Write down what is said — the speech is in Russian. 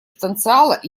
потенциала